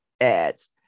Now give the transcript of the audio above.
ads